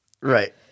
Right